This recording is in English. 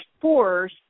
force